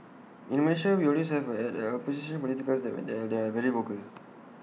in Malaysia we always have had opposition politicians and they are they are very vocal